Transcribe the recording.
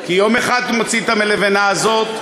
כי יום אחד תוציאו את הלבנה הזאת,